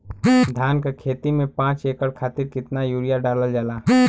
धान क खेती में पांच एकड़ खातिर कितना यूरिया डालल जाला?